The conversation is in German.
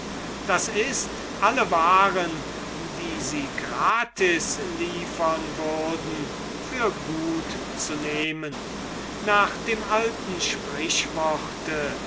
d i alle waren die sie gratis liefern würden für gut zu nehmen nach dem alten sprüchwort